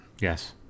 yes